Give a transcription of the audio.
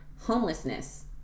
homelessness